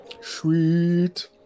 Sweet